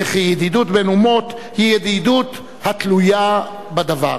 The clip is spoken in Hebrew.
וכי ידידות בין אומות היא ידידות התלויה בדבר.